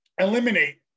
eliminate